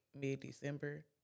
mid-December